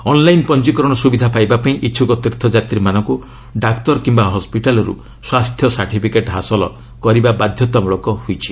online ପଞ୍ଜୀକରଣ ସୁବିଧା ପାଇବାପାଇଁ ଇଚ୍ଛୁକ ତୀର୍ଥଯାତ୍ରୀମାନଙ୍କୁ ଡାକ୍ତର କିମ୍ବା ହସ୍କିଟାଲ୍ରୁ ସ୍ୱାସ୍ଥ୍ୟ ସାର୍ଟିଫିକେଟ୍ ହାସଲ ବାଧ୍ୟତାମୂଳକ କରାଯାଇଛି